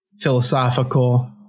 philosophical